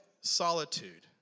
solitude